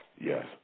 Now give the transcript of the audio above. Yes